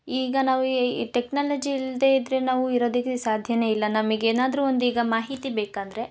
ಈಗ ನಾವು ಈ ಈ ಟೆಕ್ನಾಲಜಿ ಇಲ್ಲದೆ ಇದ್ರೆ ನಾವು ಇರೋದಿಕ್ಕೆ ಸಾಧ್ಯಾ ಇಲ್ಲ ನಮಗ್ ಏನಾದರು ಒಂದು ಈಗ ಮಾಹಿತಿ ಬೇಕಂದರೆ